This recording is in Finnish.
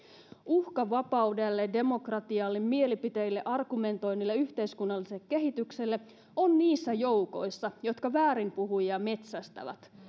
uhka vapaudelle demokratialle mielipiteille argumentoinnille yhteiskunnalliselle kehitykselle on niissä joukoissa jotka väärinpuhujia metsästävät